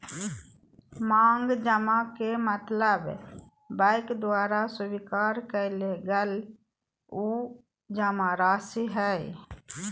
मांग जमा के मतलब बैंक द्वारा स्वीकार कइल गल उ जमाराशि हइ